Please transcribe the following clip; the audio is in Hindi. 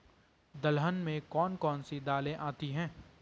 दलहन में कौन कौन सी दालें आती हैं?